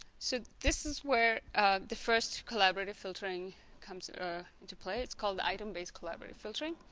so this is where the first collaborative filtering comes into play it's called item-based collaborative filtering